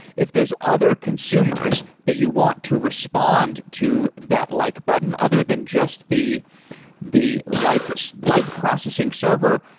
if there's other consumers that you want to respond to that like button, other than just the the like so like processing server,